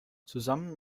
zusammen